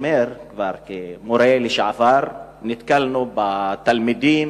כמורה לשעבר אני תמיד אומר שנתקלנו בתלמידים